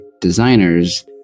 designers